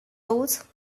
those